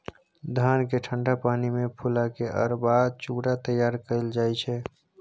धान केँ ठंढा पानि मे फुला केँ अरबा चुड़ा तैयार कएल जाइ छै